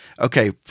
Okay